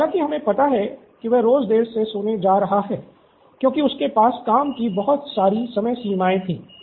हालाँकि हमें पता है कि वह रोज़ देर से सोने जा रहा है क्योंकि उसके पास काम की बहुत सारी समय सीमाएँ थीं